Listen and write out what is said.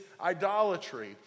idolatry